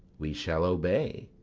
we shall obey,